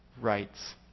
rights